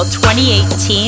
2018